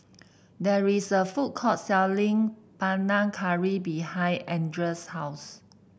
there is a food court selling Panang Curry behind Andra's house